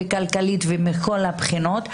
כלכלית ומכל הבחינות,